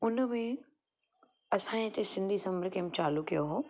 हुन में असांजे हिते सिंधी समर कैम्प चालू कयो हुओ